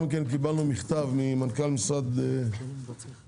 מכן קיבלנו מכתב ממנכ"ל משרד החקלאות